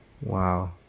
wow